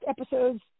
episodes